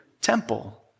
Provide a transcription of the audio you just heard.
temple